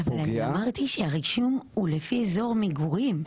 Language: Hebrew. אבל אני אמרתי שהרישום הוא לפי אזור מגורים.